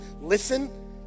listen